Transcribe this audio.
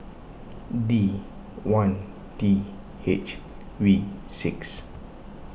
D one T H V six